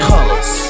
Colors